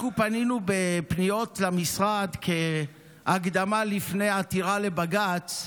אנחנו פנינו בפניות למשרד כהקדמה לפני עתירה לבג"ץ: